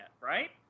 right